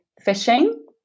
fishing